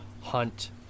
hunt